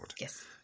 Yes